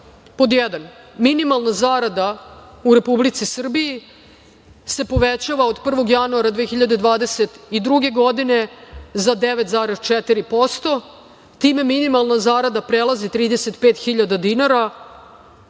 minimalna zarada u Republici Srbiji se povećava od 1. januara 2022. godine za 9,4%. Time minimalna zarada prelazi 35.000 dinara.